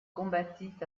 combattit